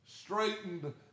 straightened